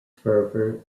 fervour